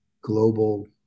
global